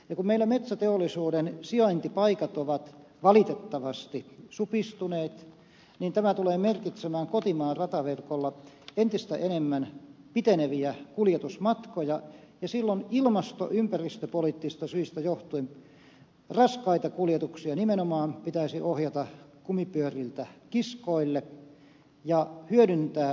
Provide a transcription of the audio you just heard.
kun meillä metsäteollisuuden sijaintipaikat ovat valitettavasti supistuneet niin tämä tulee merkitsemään kotimaan rataverkolla entistä enemmän piteneviä kuljetusmatkoja ja silloin ilmasto ympäristöpoliittisista syistä johtuen raskaita kuljetuksia nimenomaan pitäisi ohjata kumipyöriltä kiskoille ja hyödyntää kokonaisrataverkkoa